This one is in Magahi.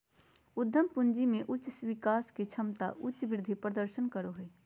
उद्यम पूंजी में उच्च विकास के क्षमता उच्च वृद्धि प्रदर्शन करो हइ